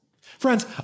Friends